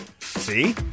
See